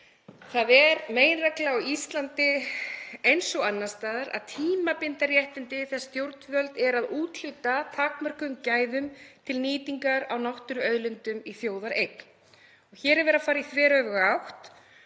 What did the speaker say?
Það er meginregla á Íslandi eins og annars staðar að tímabinda réttindi þegar stjórnvöld úthluta takmörkuðum gæðum til nýtingar á náttúruauðlindum í þjóðareign. Hér er verið að fara í þveröfuga átt